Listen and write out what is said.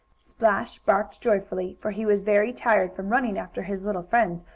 splash barked joyfully, for he was very tired from running after his little friends,